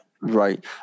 Right